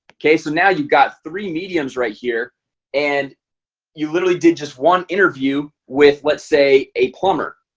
okay, so now you've got three mediums right here and you literally did just one interview with let's say a plumber